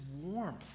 warmth